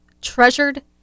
treasured